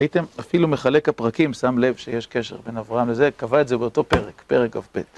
ראיתם, אפילו מחלק הפרקים שם לב שיש קשר בין אברהם לזה, קבע את זה באותו פרק, פרק כ"ב.